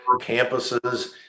campuses